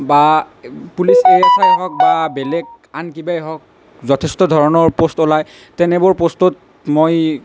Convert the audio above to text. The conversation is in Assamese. বা পুলিচ এ এচ আই হওক বা বেলেগ আন কিবাই হওক যথেষ্ট ধৰণৰ পোষ্ট ওলাই তেনেবোৰ পোষ্টত মই